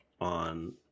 on